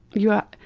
yeah.